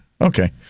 okay